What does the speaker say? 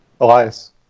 Elias